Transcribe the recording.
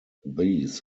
these